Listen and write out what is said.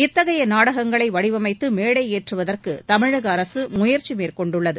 இத்தகைய நாடகங்களை வடிவமைத்து மேடையேற்றுவதற்கு தமிழக முயற்சி மேற்கொண்டுள்ளது